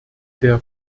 der